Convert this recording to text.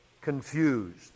confused